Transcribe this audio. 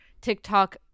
TikTok